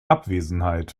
abwesenheit